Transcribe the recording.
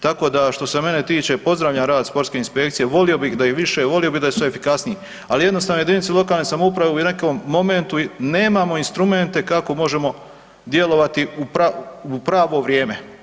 Tako da, što se mene tiče, pozdravljam rad sportske inspekcije, volio bih da ih je više, volio bih da su efikasniji, ali jednostavno jedinice lokalne samouprave u nekom momentu nemamo instrumente kako možemo djelovati u pravo vrijeme.